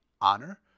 Honor